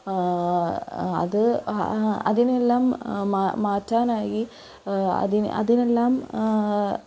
അത് അതിനെല്ലാം മാറ്റാനായി അതിന് അതിനെല്ലാം